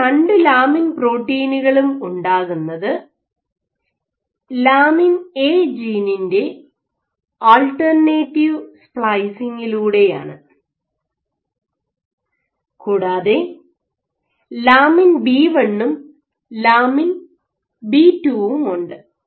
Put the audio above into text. ഈ രണ്ടു ലാമിൻ പ്രോട്ടീനുകളും ഉണ്ടാകുന്നത് ലാമിൻ A ജീനിൻറെ ആൾട്ടർനേറ്റീവ് സപ്ലൈസിങ്ങിലൂടെയാണ് കൂടാതെ ലാമിൻ B1 ഉം ലാമിൻ B2 ഉം ഉണ്ട്